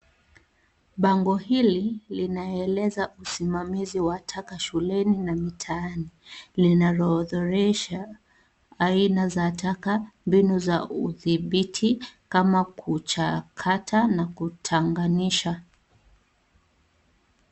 Bango hili linaeleza usimamizi wa taka shuleni na mitaani linaloorodhesha aina za taka, mbinu za udhibiti kama kuchakata na kutanganisha.